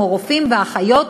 כמו רופאים ואחיות,